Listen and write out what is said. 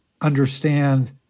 understand